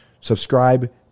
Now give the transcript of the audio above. subscribe